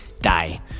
die